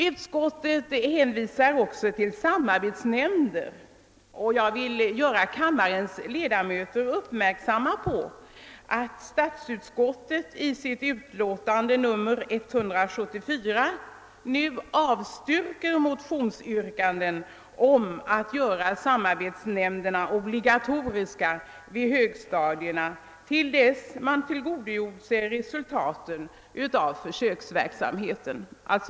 Det hänvisar också till samarbetsnämnden, men jag vill fästa kammarens ledamöters uppmärksamhet på att statsutskottet i sitt utlåtande nr 174 nu avstyrker .motionsyrkanden om att göra samarbetsnämnderna obligatoriska på högstadierna till dess att man tillgodogjort sig resultaten av försöksverksamheten.